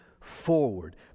forward